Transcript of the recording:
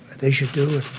they should do it.